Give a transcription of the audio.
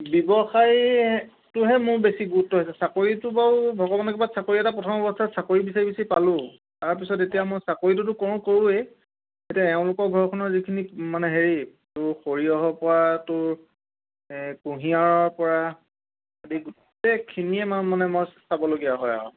ব্যৱসায়টোহে মোৰ বেছি গুৰুত্ব হৈছে চাকৰিটো বাৰু ভগৱানৰ কৃপাত চাকৰি এটা প্ৰথমৱস্থাত চাকৰি বিচাৰি বিচাৰি পালোঁ তাৰপিছত এতিয়া মই চাকৰিটোতো কৰোঁ কৰোঁৱেই এতিয়া এওঁলোকৰ ঘৰখনৰ যিখিনি মানে হেৰি তোৰ সৰিয়হৰ পৰা তোৰ কুঁহিয়াৰৰ পৰা আদি গোটেইখিনিয়ে মানে মই চাবলগীয়া হয় আৰু